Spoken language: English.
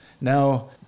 Now